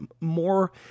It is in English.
more